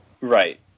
Right